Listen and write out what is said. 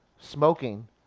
smoking